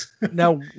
now